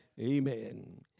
Amen